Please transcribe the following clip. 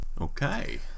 Okay